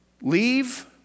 leave